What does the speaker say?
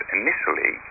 initially